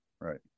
Right